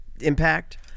impact